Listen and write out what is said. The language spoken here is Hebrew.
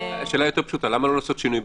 שאלה יותר פשוטה, למה לא לעשות בזה שינוי?